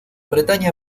bretaña